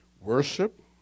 Worship